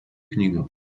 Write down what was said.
knjigo